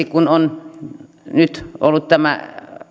kun on nyt esimerkiksi ollut tämä että